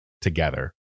together